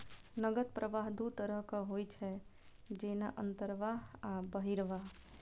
नकद प्रवाह दू तरहक होइ छै, जेना अंतर्वाह आ बहिर्वाह